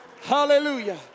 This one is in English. Hallelujah